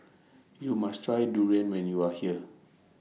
YOU must Try Durian when YOU Are here